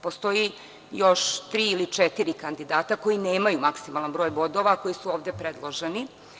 Postoji još tri ili četiri kandidata koji nemaju maksimalan broj bodova, a koji su ovde predloženi.